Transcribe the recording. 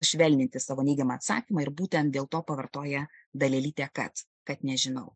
švelninti savo neigiamą atsakymą ir būtent dėl to pavartoja dalelytę kad kad nežinau